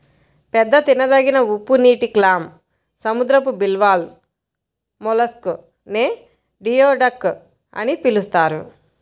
పెద్ద తినదగిన ఉప్పునీటి క్లామ్, సముద్రపు బివాల్వ్ మొలస్క్ నే జియోడక్ అని పిలుస్తారు